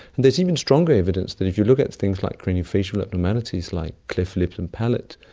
there's even stronger evidence that if you look at things like craniofacial abnormalities like cleft lip and palate,